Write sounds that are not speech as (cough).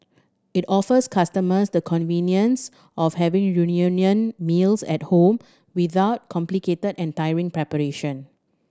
it offers customers the convenience of having (unintelligible) meals at home without complicated and tiring preparation